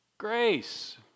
grace